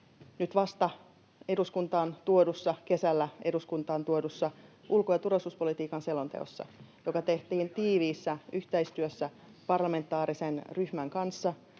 nyt vasta kesällä eduskuntaan tuodussa ulko- ja turvallisuuspolitiikan selonteossa, joka tehtiin tiiviissä yhteistyössä parlamentaarisen ryhmän kanssa.